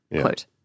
quote